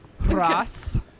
ross